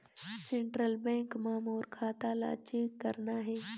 Central bank मां मोर खाता ला चेक करना हे?